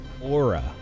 aura